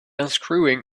unscrewing